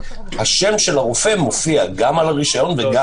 השם של הרופא מופיע גם על הרישיון וגם